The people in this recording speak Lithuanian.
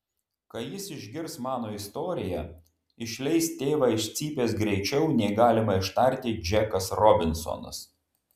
kai jis išgirs mano istoriją išleis tėvą iš cypės greičiau nei galima ištarti džekas robinsonas